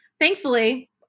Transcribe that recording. Thankfully